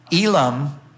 Elam